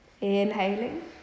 Inhaling